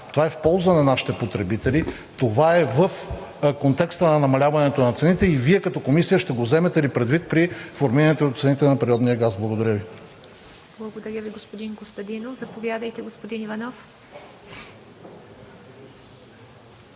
Това е в полза на нашите потребители, това е в контекста на намаляването на цените и Вие като Комисия ще го вземете ли предвид при формирането на цените на природния газ? Благодаря Ви. ПРЕДСЕДАТЕЛ ИВА МИТЕВА: Благодаря Ви, господин Костадинов. Заповядайте, господин Иванов.